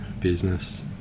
business